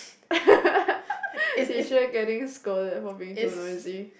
teacher getting scolded for being too noisy